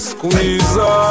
Squeeze